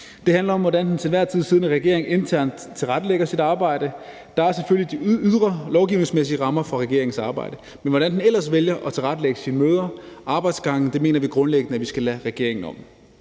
Det handler om, hvordan den til enhver tid siddende regering internt tilrettelægger sit arbejde. Der er selvfølgelig de ydre lovgivningsmæssige rammer for regeringens arbejde, men hvordan man ellers vælger at tilrettelægge sine møder og arbejdsgange, mener vi grundlæggende at vi skal lade regeringen om.